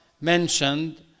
mentioned